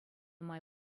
май